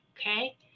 Okay